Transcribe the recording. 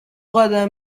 قدم